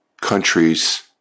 countries